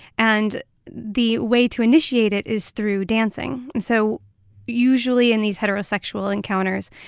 and the way to initiate it is through dancing. and so usually in these heterosexual encounters,